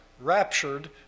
raptured